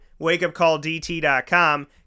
wakeupcalldt.com